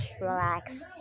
relax